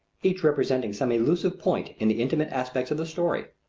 each representing some elusive point in the intimate aspects of the story.